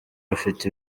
bafite